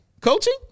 Coaching